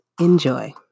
enjoy